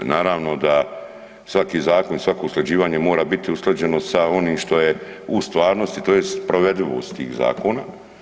Naravno da svaki zakon i svako usklađivanje mora biti usklađeno sa onim što je u stvarnosti tj. provedivost tih zakona.